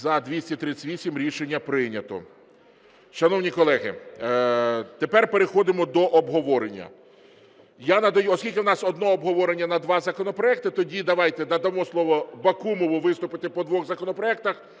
За-238 Рішення прийнято. Шановні колеги, тепер переходимо до обговорення. Я надаю… оскільки у нас одне обговорення на два законопроекти, тоді давайте надамо слово Бакумову виступити по двох законопроектах,